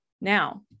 Now